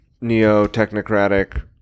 neo-technocratic